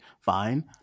Fine